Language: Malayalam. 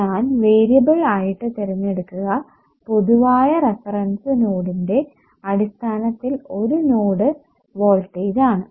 ഞാൻ വേരിയബിൾ ആയിട്ട് തിരഞ്ഞെടുക്കുക പൊതുവായ റഫറൻസ് നോഡിന്റെ അടിസ്ഥാനത്തിൽ ഒരു നോഡ് വോൾട്ടേജ് ആണ്